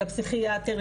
לפסיכיאטר,